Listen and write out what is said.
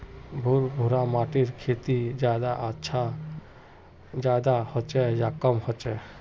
भुर भुरा माटिर खेती ज्यादा होचे या कम होचए?